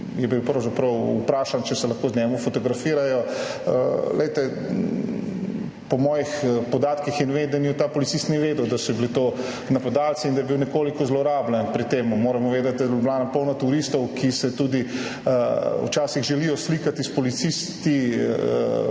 vprašan, če se lahko z njim fotografirajo. Glejte, po mojih podatkih in vedenju ta policist ni vedel, da so bili to napadalci in da je bil nekoliko zlorabljen pri tem. Moramo vedeti, da je Ljubljana polna turistov, ki se včasih tudi želijo slikati s policisti